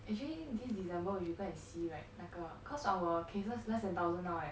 actually this december we should go and see right 那个 cause our cases less than thousand now right